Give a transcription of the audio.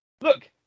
Look